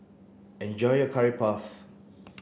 enjoy your curry puff